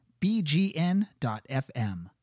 BGN.FM